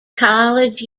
college